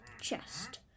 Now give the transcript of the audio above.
chest